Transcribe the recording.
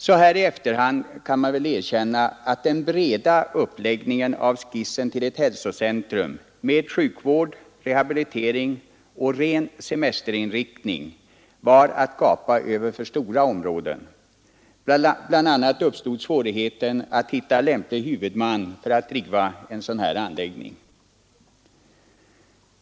Så här i efterhand kan man väl erkänna att den breda uppläggningen av skissen till ett hälsocentrum med sjukvård, rehabilitering och ren semesterinriktning var att gapa över för stora områden. Bl. a. uppstod svårigheten att hitta lämplig huvudman för att driva en sådan anläggning.